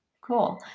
Cool